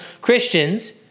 Christians